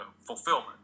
fulfillment